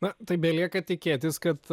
na tai belieka tikėtis kad